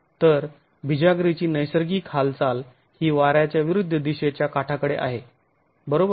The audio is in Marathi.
तर बिजागिरीची नैसर्गिक हालचाल ही वाऱ्याच्या विरुद्ध दिशेच्या काठाकडे आहे बरोबर